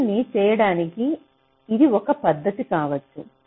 దీన్ని చేయడానికి ఇది ఒక పద్ధతి కావచ్చు